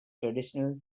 traditional